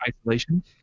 isolation